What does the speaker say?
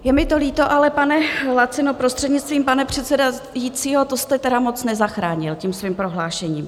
Je mi to líto, ale pane Lacino, prostřednictvím pana předsedajícího, to jste tedy moc nezachránil tím svým prohlášením.